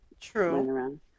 True